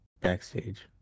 backstage